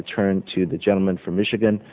to turn to the gentleman from michigan